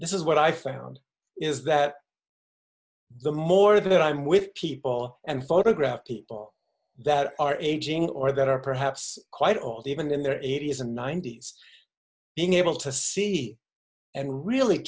this is what i found is that the more that i'm with people and photograph people that are aging or that are perhaps quite old even in their eighty's and ninety's being able to see and really